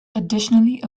additionally